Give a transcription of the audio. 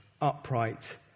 upright